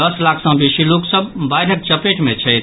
दस लाख सँ बेसी लोक सभ बाढ़िक चपेट मे छथि